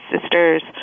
sisters